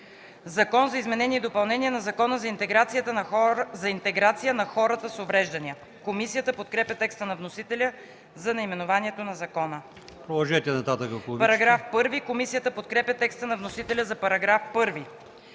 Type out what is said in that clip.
„Закон за изменение и допълнение на Закона за интеграция на хората с увреждания”.” Комисията подкрепя текста на вносителя за наименованието на закона. Комисията подкрепя текста на вносителя за § 1.